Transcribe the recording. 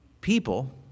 People